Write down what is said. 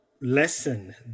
lesson